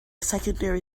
secondary